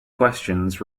questions